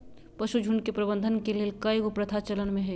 पशुझुण्ड के प्रबंधन के लेल कएगो प्रथा चलन में हइ